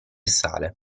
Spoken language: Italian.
sale